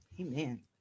Amen